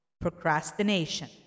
procrastination